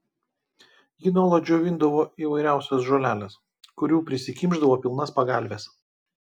ji nuolat džiovindavo įvairiausias žoleles kurių prisikimšdavo pilnas pagalves